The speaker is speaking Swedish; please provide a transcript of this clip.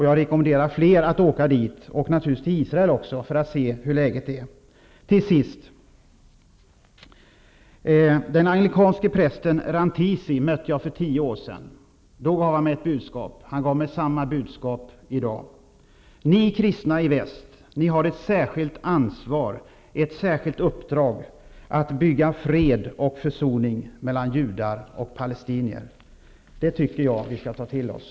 Jag rekommenderar fler att åka dit, liksom naturligtvis till Israel, för att se hur läget är. Den anglikanske prästen Rantisi mötte jag för tio år sedan. Då gav han mig ett budskap. Han gav mig samma budskap i dag: Ni kristna i väst har ett särskilt ansvar, ett särskilt uppdrag, att bygga fred och försoning mellan judar och palestinier. Det tycker jag att vi skall ta till oss.